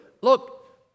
Look